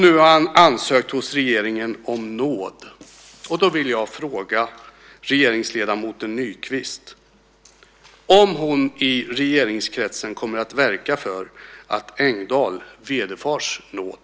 Nu har han ansökt hos regeringen om nåd. Då vill jag fråga regeringsledamoten Nykvist om hon i regeringskretsen kommer att verka för att Engdahl vederfars nåd.